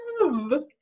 Love